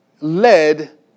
Led